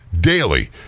daily